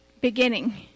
beginning